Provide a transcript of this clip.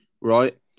right